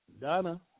Donna